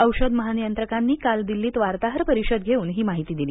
औषध महानियंत्रकांनी काल दिल्लीत वार्ताहर परिषद धेऊन ही माहिती दिली